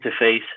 interface